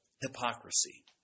hypocrisy